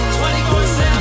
24-7